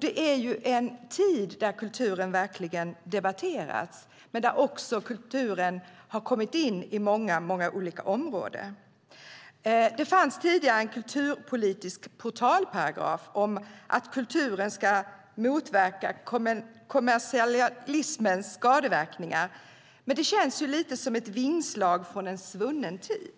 Detta är en tid då kulturen verkligen debatteras och där kulturen också har kommit in på väldigt många olika områden. Det fanns tidigare en kulturpolitisk portalparagraf om att kulturen ska motverka kommersialismens skadeverkningar. Det känns lite som ett vingslag från en svunnen tid.